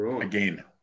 Again